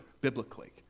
biblically